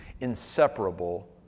Inseparable